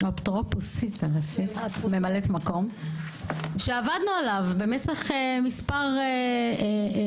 האפוטרופוסית הראשית ממלאת מקום שעבדנו עליו מספר פעמים.